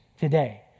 today